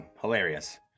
Hilarious